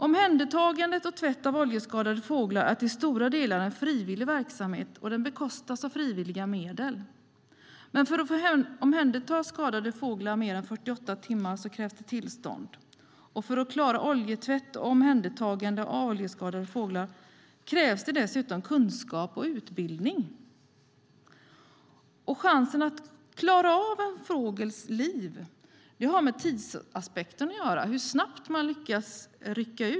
Omhändertagande och tvätt av oljeskadade fåglar är till stora delar en frivillig verksamhet, och det bekostas av frivilliga medel. Men för att få omhänderta skadade fåglar mer än 48 timmar krävs det tillstånd. För att klara oljetvätt och omhändertagande av oljeskadade fåglar krävs det dessutom kunskap och utbildning. Chansen att klara en fågels liv har med tidsaspekten att göra, hur snabbt man lyckas rycka ut.